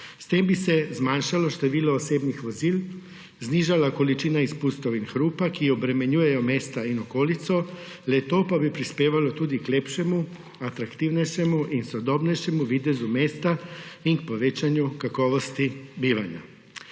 S tem bi se zmanjšalo število osebnih vozil, znižala količina izpustov in hrupa, ki obremenjujejo mesta in okolico, le-to pa bi prispevalo tudi k lepšemu, atraktivnejšemu in sodobnejšemu videzu mesta in k povečanju kakovosti bivanja.